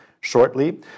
shortly